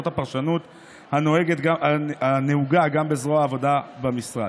זאת הפרשנות הנהוגה גם בזרוע העבודה במשרד.